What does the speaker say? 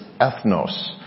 ethnos